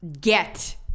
get